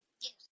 Yes